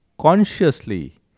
consciously